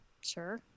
Sure